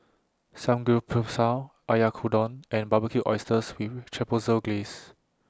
Samgeyopsal Oyakodon and Barbecued Oysters with Chipotle Glaze